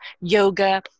yoga